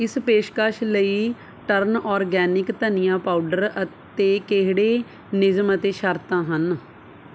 ਇਸ ਪੇਸ਼ਕਸ਼ ਲਈ ਟਰਨ ਆਰਗੈਨਿਕ ਧਨੀਆ ਪਾਊਡਰ ਅਤੇ ਕਿਹੜੇ ਨਿਯਮ ਅਤੇ ਸ਼ਰਤਾਂ ਹਨ